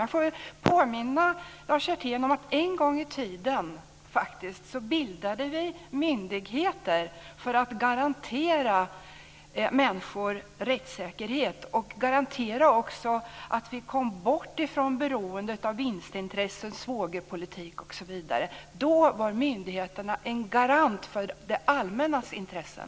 Låt mig påminna Lars Hjertén om att vi en gång i tiden faktiskt bildade myndigheter för att garantera människor rättssäkerhet och också för att garantera att vi kom bort från beroendet av vinstintressen, svågerpolitik osv. Då var myndigheterna en garant för det allmännas intressen.